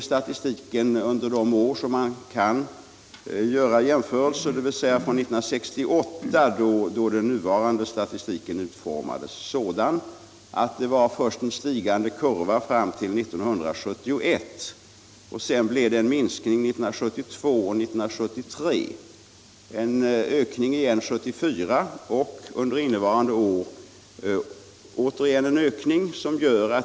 Statistiken under de år som man kan göra jämförelser mellan — dvs. från 1968, då den nuvarande statistiken utformades — visar först en stigande kurva fram till 1971, sedan en minskning 1972 och 1973 och en ökning igen 1974. Under innevarande år är det återigen en ökning.